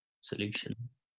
Solutions